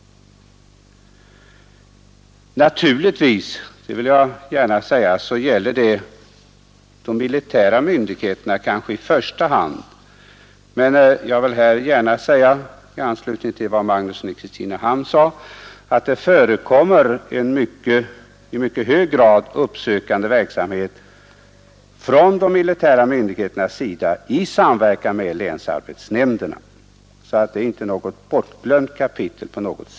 Naturligtvis gäller detta i första hand de militära myndigheterna men även länsarbetsnämnderna och arbetsmarknadsstyrelsen. I anslutning till vad herr Magnusson i Kristinehamn sade vill jag gärna framhålla att det i mycket hög grad förekommer en uppsökande verksamhet från de militära myndigheternas sida i samverkan med länsarbetsnämnderna. Detta är alltså inte något bortglömt kapitel.